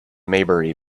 maybury